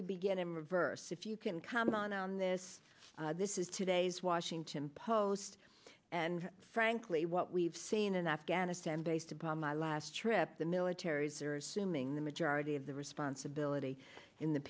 we begin in reverse if you can comment on on this this is today's washington post and frankly what we've seen in afghanistan based upon my last trip the militaries are zooming the majority of the responsibility in the